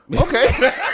okay